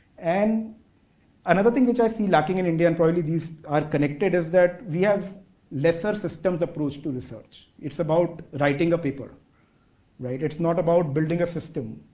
and another thing which i see lacking in indian prologists are connected is that, we have lesser systems approach to research. it's about writing a paper. it's not about building a system.